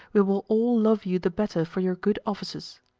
we will all love you the better for your good offices.